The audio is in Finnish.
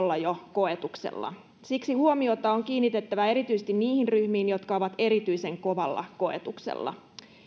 koetuksella siksi huomiota on kiinnitettävä erityisesti niihin ryhmiin jotka ovat erityisen kovalla koetuksella